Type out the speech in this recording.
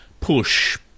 push